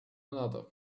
another